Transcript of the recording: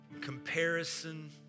comparison